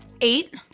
Eight